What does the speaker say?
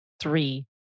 three